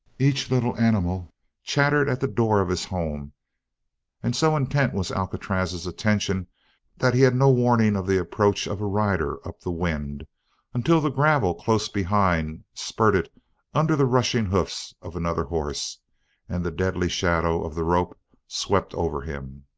each little animal chattered at the door of his home and so intent was alcatraz's attention that he had no warning of the approach of a rider up the wind until the gravel close behind spurted under the rushing hoofs of another horse and the deadly shadow of the rope swept over him.